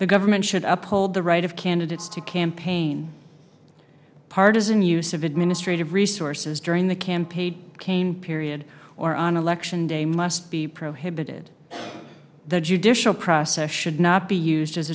the government should uphold the right of candidates to campaign partisan use of administrative resources during the campaign cain period or on election day must be prohibited the judicial process should not be used as